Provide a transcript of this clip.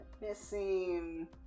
missing